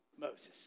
Moses